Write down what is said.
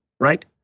right